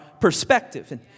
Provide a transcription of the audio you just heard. perspective